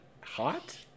hot